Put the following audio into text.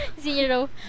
zero